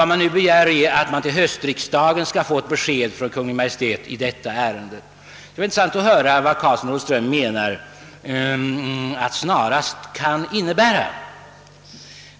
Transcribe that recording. Vad man nu begär är att vi till höstriksdagen skall få besked av Kungl. Maj:t i denna fråga. Det vore intressant att höra vad herr Karlsson i Olofström anser att »snarast» kan innebära.